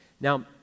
Now